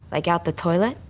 like, out the toilet?